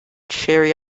cherry